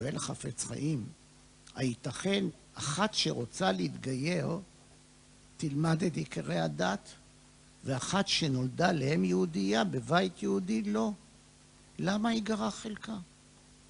בן חפץ חיים. הייתכן, אחת שרוצה להתגייר, תלמד את עיקרי הדת ואחת שנולדה להם יהודייה בבית יהודי, לא. למה היא גרה חלקה?